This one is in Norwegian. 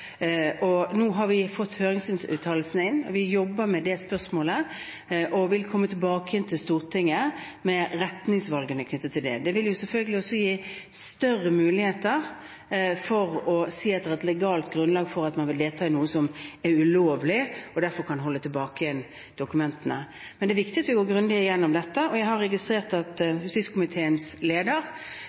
Nå har vi fått høringsuttalelsene, vi jobber med det spørsmålet og vil komme tilbake til Stortinget med retningsvalgene knyttet til det. Det vil selvfølgelig også gi større muligheter for å ha et legalt grunnlag for å si at noen vil delta i noe som er ulovlig, slik at man derfor kan holde tilbake dokumentene. Det er viktig at vi går grundig gjennom dette, og jeg har registrert at justiskomiteens leder